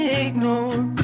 ignore